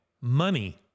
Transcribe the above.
Money